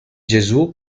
gesù